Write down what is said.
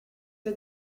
for